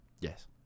Yes